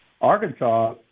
Arkansas